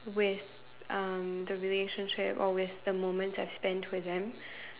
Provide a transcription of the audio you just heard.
with um the relationship or with the moment I spend with them